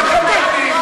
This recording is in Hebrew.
את עושה כאן תקדים.